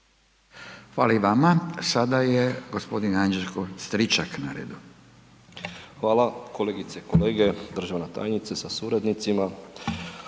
Hvala i vama. Sada je gospodin Anđelko Stričak na redu. **Stričak, Anđelko (HDZ)** Hvala kolegice i kolege, državna tajnice sa suradnicima.